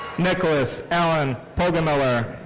nicholas allen poggemiller.